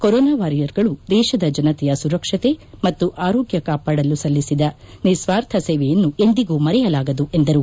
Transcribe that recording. corona ವಾರಿಯರ್ಗಳು ದೇಶದ ಜನತೆಯ ಸುರಕ್ಷತೆ ಮತ್ತು ಆರೋಗ್ಯ ಕಾಪಾಡಲು ಸಲ್ಲಿಸಿದ ನಿಸ್ವಾರ್ಥ ಸೇವೆಯನ್ನು ಎಂದಿಗೂ ಮರೆಯಲಾಗದು ಎಂದರು